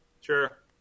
Sure